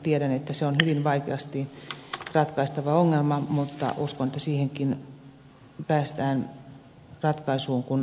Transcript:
tiedän että se on hyvin vaikeasti ratkaistava ongelma mutta uskon että siinäkin päästään ratkaisuun kun tahtoa vain löytyy